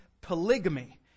polygamy